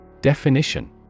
Definition